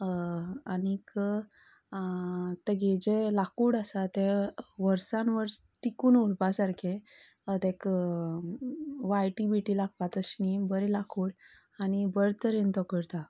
आनीक तेगे जे लाकूड आसा तें वर्सान वर्स टिकून उरपा सारकें तेका वाळटी बिळटी लागपा तशें न्ही बरें लाकूड आनी बरें तरेन तो करता